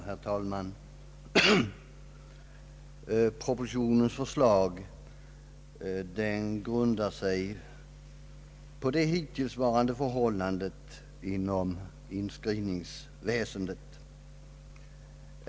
Herr talman! Propositionens förslag grundar sig på det hittillsvarande förhållandet inom inskrivningsväsendet.